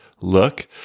look